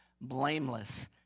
blameless